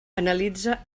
analitza